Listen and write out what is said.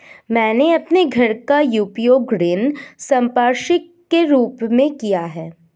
मैंने अपने घर का उपयोग ऋण संपार्श्विक के रूप में किया है